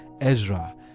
Ezra